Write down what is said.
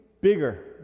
bigger